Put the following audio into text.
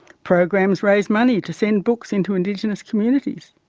programs raise money to send books into indigenous communities.